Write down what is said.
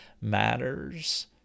matters